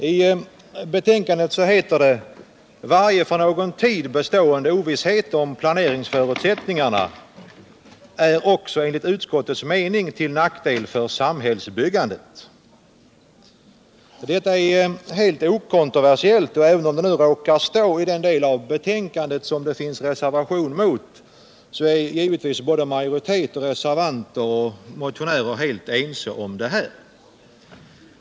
I utskottets betänkande heter det: ”Varje för någon tid bestående ovisshet om planeringsförutsättningarna är, också enligt utskottets mening, till nackdel för samhällets utbyggande.” Detta är helt okontroversiellt, och även om det råkar stå i den del av betänkandet som det finns en reservation mot, så är både majoritet, reservanter och givetvis motionärer helt ense om detta.